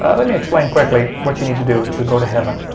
ah let me explain quickly what you need to do to go to heaven.